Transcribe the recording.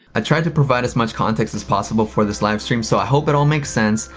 i tried to provide as much context as possible for this live stream so i hope it all makes sense.